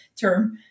term